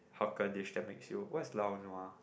hawker dish that makes you what's lao nua